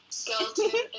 skeleton